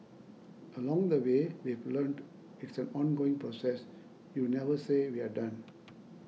along the way we've learnt it's an ongoing process you never say we're done